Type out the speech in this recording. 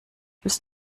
willst